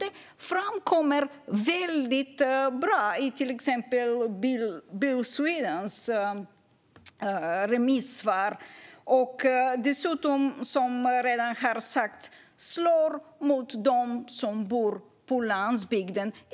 Det framkommer väldigt bra i exempelvis Bil Swedens remissvar. Och som jag redan har sagt slår detta mot dem som bor på landsbygden.